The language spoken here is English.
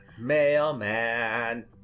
Mailman